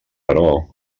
però